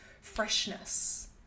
freshness